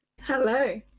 Hello